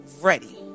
ready